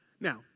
Now